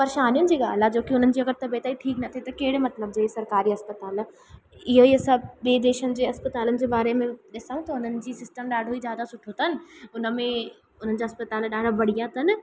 परेशानियुनि जी ॻाल्हि आहे जो की उन्हनि जी अगरि तबियत ई ठीकु न थिए त कहिड़े मतिलब जी सरकारी अस्पताल इहो ई सभु ॿिए देशनि जे अस्पतालुनि जे बारे में ॾिसूं त उन्हनि जी सिस्टम ॾाढो ई ज्यादा सुठो अथनि उन में उन जा अस्पताल ॾाढा बढ़िया अथनि